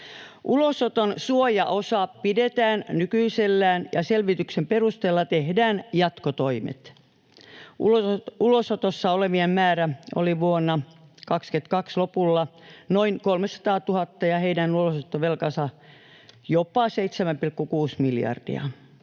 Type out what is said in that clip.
Ulosoton suojaosaa pidetään nykyisellään ja selvityksen perusteella tehdään jatkotoimet. Ulosotossa olevien määrä oli vuoden 22 lopulla noin 300 000 ja heidän ulosottovelkansa jopa 7,6 miljardia.